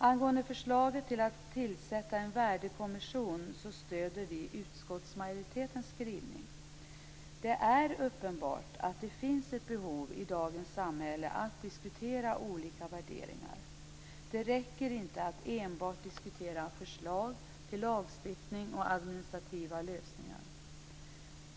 Angående förslaget att tillsätta en värdekommission stöder vi utskottsmajoritetens skrivning. Det är uppenbart att det finns ett behov i dagens samhälle att diskutera olika värderingar. Det räcker inte att enbart diskutera förslag till lagstiftning och administrativa lösningar.